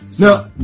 No